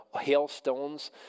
hailstones